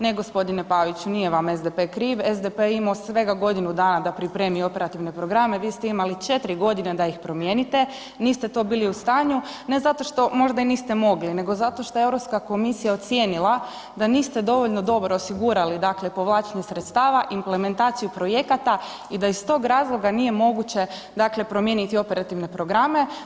Ne gospodine Paviću nije vam SDP kriv, SDP je imamo svega godinu dana da pripremi operativne programe, vi ste imali 4 godine da ih promijenite, niste to bili u stanju, ne zato što možda i niste mogli, nego zato što je Europska komisija ocijenila da niste dovoljno dobro osigurali, dakle povlačenje sredstava, implementaciju projekata i da iz tog razloga nije moguće dakle promijeniti operativne programe.